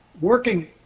working